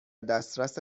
دسترس